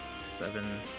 Seven